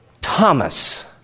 Thomas